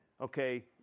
okay